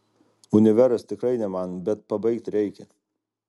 univeras tikrai ne man bet pabaigt reikia